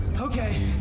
Okay